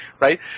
right